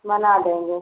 बना देंगे